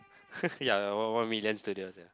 ya one one one million studios ya